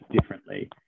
differently